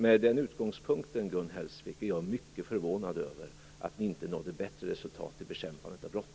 Med den utgångspunkten, Gun Hellsvik, är jag mycket förvånad över att ni inte nådde ett bättre resultat i bekämpandet av brott.